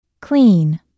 Clean